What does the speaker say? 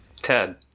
Ted